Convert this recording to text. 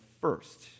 first